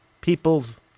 people's